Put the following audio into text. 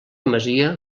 masia